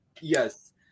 Yes